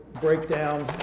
breakdown